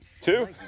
two